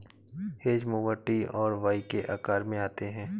hedge mower T और Y के आकार में आते हैं